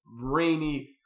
rainy